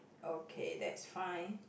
okay that's fine